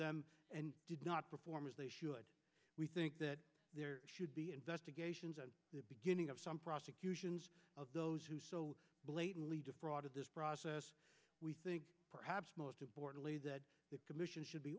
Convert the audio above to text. them and did not perform as they should we think that there should be investigations and the beginning of some prosecutions of those who so blatantly defrauded this process we think perhaps most importantly the commission should be